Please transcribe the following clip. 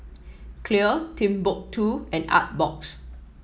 Clear Timbuk two and Artbox